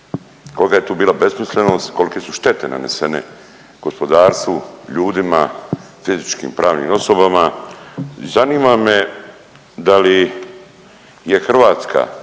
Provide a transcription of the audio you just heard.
Kolika je tu bila besmislenost, kolike su štete nanesene gospodarstvu, ljudima, fizičkim i pravnim osobama i zanima me, da li je Hrvatska